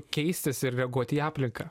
keistis ir reaguoti į aplinką